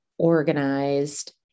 organized